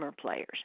players